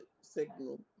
signal